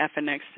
FNX